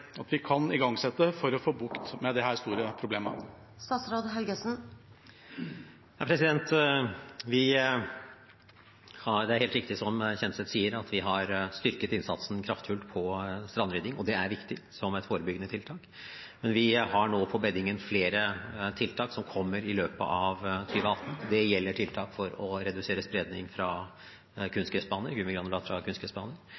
at vi kan igangsette for å få bukt med disse store problemene? Det er helt riktig som representanten Kjenseth sier, at vi har styrket innsatsen kraftfullt på strandrydding, og det er viktig som et forebyggende tiltak. Vi har nå på beddingen flere tiltak som kommer i løpet av 2018. Det gjelder tiltak for å redusere spredning av gummigranulater fra